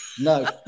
no